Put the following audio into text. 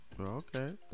Okay